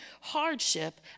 hardship